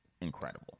incredible